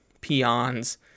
peons